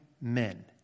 men